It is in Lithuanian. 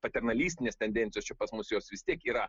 paternalistinės tendencijos čia pas mus jos vis tiek yra